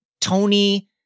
Tony